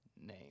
name